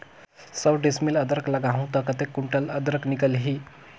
सौ डिसमिल अदरक लगाहूं ता कतेक कुंटल अदरक निकल ही?